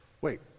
wait